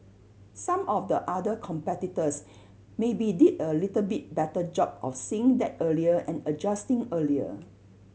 some of the other competitors maybe did a little bit better job of seeing that earlier and adjusting earlier